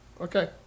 Okay